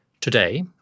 Today